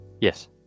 Yes